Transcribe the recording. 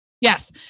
Yes